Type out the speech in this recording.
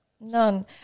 None